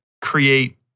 create